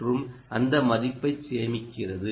மற்றும் அந்த மதிப்பை சேமிக்கிறது